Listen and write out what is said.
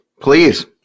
please